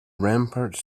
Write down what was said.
ramparts